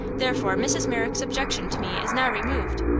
therefore mrs. merrick's objection to me is now removed,